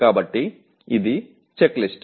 కాబట్టి ఇది చెక్లిస్ట్